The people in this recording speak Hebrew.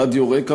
רדיו רק"ע,